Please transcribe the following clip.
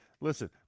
Listen